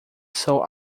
sou